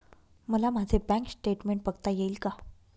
मला माझे bank statement बघता येईल का?